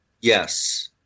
Yes